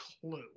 clue